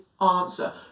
answer